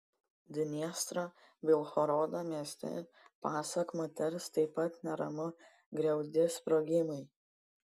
dniestro bilhorodo mieste pasak moters taip pat neramu griaudi sprogimai